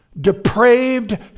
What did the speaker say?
depraved